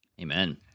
Amen